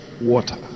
water